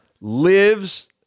lives